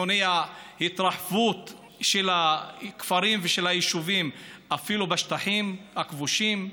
ומונע התרחבות של הכפרים ושל היישובים אפילו בשטחים הכבושים.